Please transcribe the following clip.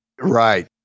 Right